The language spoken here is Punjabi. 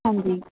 ਹਾਂਜੀ